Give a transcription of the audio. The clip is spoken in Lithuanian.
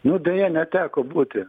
nu deja neteko būti